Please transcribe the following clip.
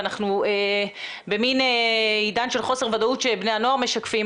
אנחנו במן עידן של חוסר ודאות שבני הנוער משקפים,